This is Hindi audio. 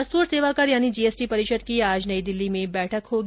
वस्तु और सेवा कर यानि जीएसटी परिषद की आज नई दिल्ली में बैठक होगी